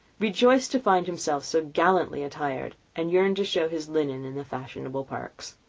rejoiced to find himself so gallantly attired, and yearned to show his linen in the fashionable parks.